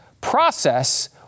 process